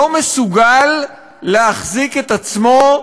לא מסוגל להחזיק את עצמו,